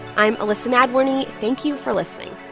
i'm elissa nadworny. thank you for listening